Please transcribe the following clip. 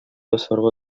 ясарга